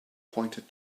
pointed